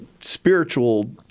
spiritual